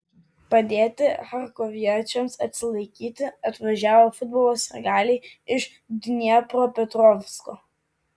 padėti charkoviečiams atsilaikyti atvažiavo futbolo sirgaliai iš dniepropetrovsko